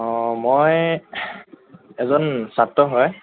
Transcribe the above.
অঁ মই এজন ছাত্ৰ হয়